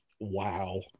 Wow